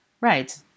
Right